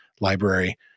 library